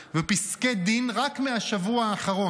ופסקי דין רק מהשבוע האחרון,